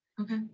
okay